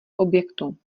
objektu